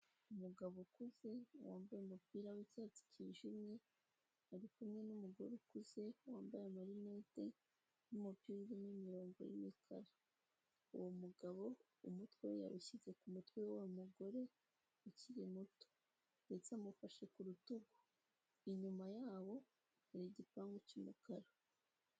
Umugabo ukuze wambaye umupira w'icyatsi cyijimye ari kumwe n'umugore ukuze wambaye amarinette n'umupira n'imirongo y'imikara uwo mugabo umutwe yawushyize kumutwe wa wa mugore ukiri muto ndetse amufashe ku rutugu inyuma yabo hari igipangu cy'umukara.